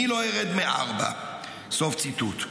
אני לא ארד מארבע." סוף ציטוט.